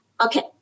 Okay